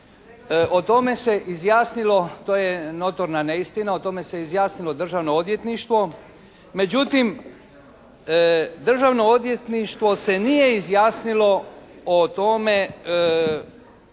o tome se izjasnilo, to je notorna neistina, o tome se izjasnilo Državno odvjetništvo. Međutim, Državno odvjetništvo se nije izjasnilo o tome,